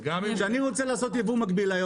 כשאני רוצה לעשות היום יבוא מקביל,